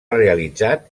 realitzat